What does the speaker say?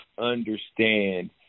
understand